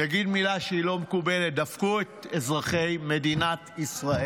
אני אגיד מילה שהיא לא מקובלת: דפקו את אזרחי מדינת ישראל.